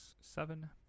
seven